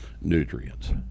nutrients